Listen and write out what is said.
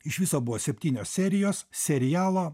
iš viso buvo septynios serijos serialo